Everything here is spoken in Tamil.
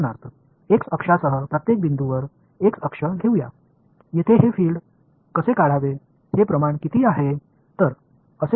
உதாரணமாக x அச்சின் ஒவ்வொரு புள்ளியையும் x அச்சு உடன் எடுத்துக்கொள்வோம் அதன் அளவு என்பது இந்த பீல்டை நான் இங்கே எப்படி வரைய வேண்டும் என்பதை பொருத்தது